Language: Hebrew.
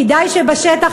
כדאי שבשטח,